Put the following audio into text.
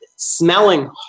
smelling